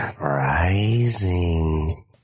rising